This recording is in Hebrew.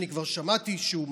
אני כבר שמעתי שהוא מכחיש,